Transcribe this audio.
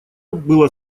было